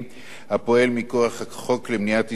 הפועל מכוח החוק למניעת הסתננות